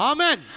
Amen